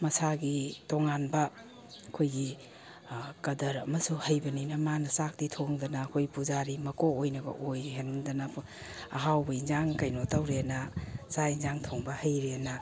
ꯃꯁꯥꯒꯤ ꯇꯣꯉꯥꯟꯕ ꯑꯩꯈꯣꯏꯒꯤ ꯑꯥ ꯀꯗꯔ ꯑꯃꯁꯨ ꯍꯩꯕꯅꯤꯅ ꯃꯥꯅ ꯆꯥꯛꯇꯤ ꯊꯣꯡꯗꯅ ꯑꯩꯈꯣꯏ ꯄꯨꯖꯥꯔꯤ ꯃꯀꯣꯛ ꯑꯣꯏꯅꯒ ꯑꯣꯏꯍꯟꯗꯅ ꯑꯍꯥꯎꯕ ꯑꯦꯟꯁꯥꯡ ꯀꯩꯅꯣ ꯇꯧꯔꯦꯅ ꯆꯥꯛ ꯑꯦꯟꯁꯥꯡ ꯊꯣꯡꯕ ꯍꯩꯔꯦꯅ